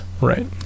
Right